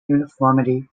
uniformity